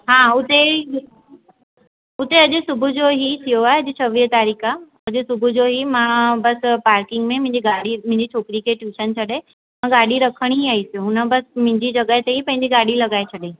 हा उते ई उते अॼु सुबुह जो ई थियो आहे अॼु छवीह तारीख़ आहे अॼु सुबुह जो ई मां बसि पार्किंग में मुंहिंजी गाॾी मुंहिंजी छोकिरीअ खे टूशन छॾे मां गाॾी रखण ई आई पियूं हुन बसि मुंहिंजी जॻहि ते ई पंहिंजी गाॾी लॻाए छॾियईं